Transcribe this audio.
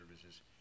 services